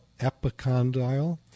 epicondyle